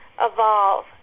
evolve